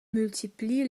multiplie